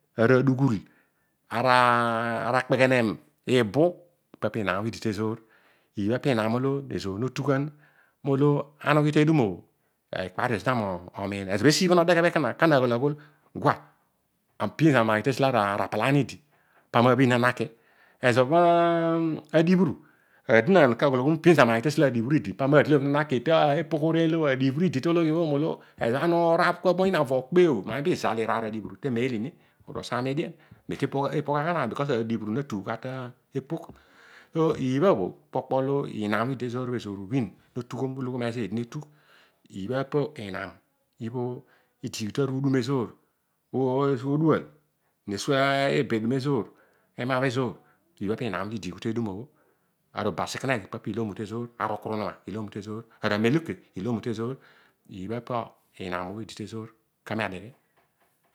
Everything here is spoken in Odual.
Ara dughul ara kpeghenem iba ibha pinaam olo idi tezoor olo ezor no tughan olo ana ughi tedum o okpario zina momiin ezobho esiibha noeghe pin zami maghi tesi arapalaan idi paami nabhin zina naki ezobho alibhuru aadonaan koghol zami pin zami maghi tesi olo ara alibhuru idi paami na bhin zina naki tepoogh oreiy olo ezobho ana urabh kua moyiin aja kpey iraar alibhuru temeel mi milo osaam edian because alibhuu natugh gha tepogh ibha bho pi inam olo idi tezoor olo ezor uloghom ezo eedine tugh tchighu tara edun ezor, odual nesuo obedum ezor emabho ezor ibha pinam obho idiighu tedum o. Ara obasikemegh ipa bho piiloo yogh mu ezoor ara ikurunum ipa ilooy tezoor ara emeluke ilomu tezoor iibha pi inam bho idi tezoor kami adeghe